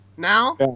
now